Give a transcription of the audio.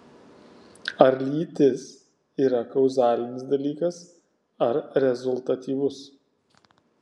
ar lytis yra kauzalinis dalykas ar rezultatyvus